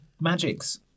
magics